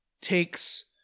takes